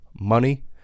money